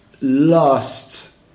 last